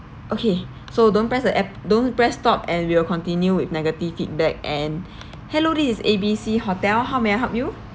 okay so don't press the app don't press stop and we will continue with negative feedback and hello this is A B C hotel how may I help you